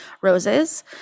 roses